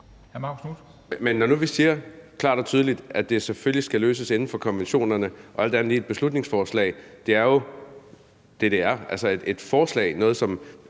Hr. Marcus Knuth.